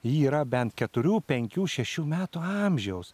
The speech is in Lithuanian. yra bent keturių penkių šešių metų amžiaus